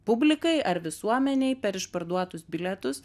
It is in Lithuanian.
publikai ar visuomenei per išparduotus bilietus